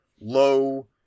low